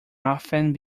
often